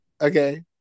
Okay